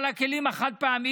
שאלות על הכלים החד-פעמיים,